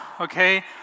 okay